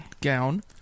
gown